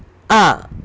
uh